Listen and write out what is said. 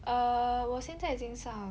err 我现在已经上